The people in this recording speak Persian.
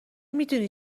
میدونی